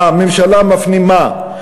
הממשלה מפנימה,